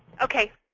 ok.